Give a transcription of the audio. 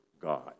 God